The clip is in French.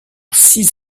six